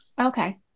Okay